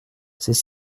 c’est